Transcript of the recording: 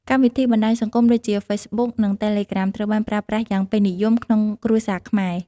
កម្មវិធីបណ្ដាញសង្គមដូចជា Facebook និង Telegram ត្រូវបានប្រើប្រាស់យ៉ាងពេញនិយមក្នុងគ្រួសារខ្មែរ។